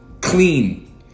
clean